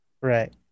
Right